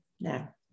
now